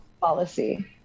Policy